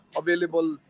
available